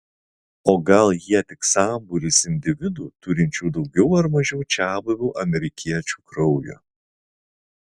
o gal jie tik sambūris individų turinčių daugiau ar mažiau čiabuvių amerikiečių kraujo